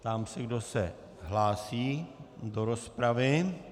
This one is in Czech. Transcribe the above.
Ptám se, kdo se hlásí do rozpravy.